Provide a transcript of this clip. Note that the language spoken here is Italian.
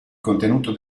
contenuto